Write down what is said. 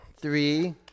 Three